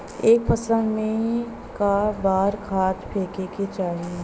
एक फसल में क बार खाद फेके के चाही?